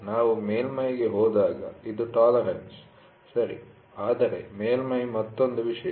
ನಾವು ಮೇಲ್ಮೈ'ಗೆ ಹೋದಾಗ ಇದು ಟಾಲರೆನ್ಸ್ ಸರಿ ಆದರೆ ಮೇಲ್ಮೈ ಮತ್ತೊಂದು ವಿಷಯ